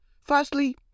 Firstly